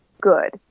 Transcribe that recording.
good